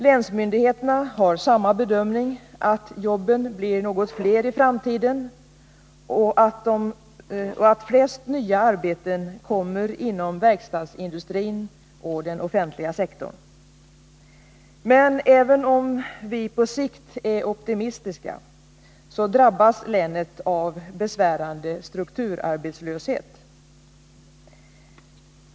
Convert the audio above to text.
Länsmyndigheterna gör samma bedömning: jobben blir något fler i framtiden, och flertalet nya arbeten kommer inom verkstadsindustrin och den offentliga sektorn. Men även om vi på sikt är optimistiska, drabbas länet av en besvärande strukturarbetslöshet.